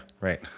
right